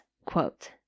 Quote